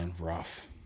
rough